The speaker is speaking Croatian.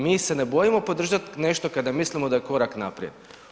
Mi se ne bojimo podržati nešto kada mislimo da je korak naprijed.